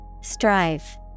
Strive